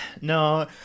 No